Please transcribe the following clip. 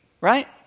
right